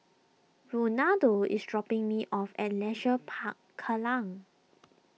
Ronaldo is dropping me off at Leisure Park Kallang